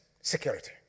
Security